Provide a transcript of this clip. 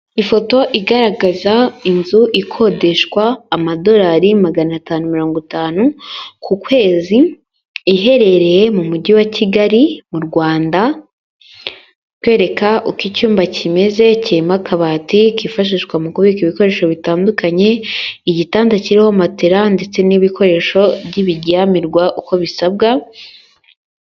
Ifoto igaragaza inzu ikodeshwa amadolari magana atanu mirongo itanu ku kwezi. Iherereye mu mujyi wa kigali mu Rwanda, kwereka uko icyumba kimeze, kirimo akabati kifashishwa mu kubika ibikoresho bitandukanye, igitanda kiriho matela ndetse n'ibikoresho by'ibiryamirwa uko bisabwa.